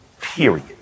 period